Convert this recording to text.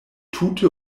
tute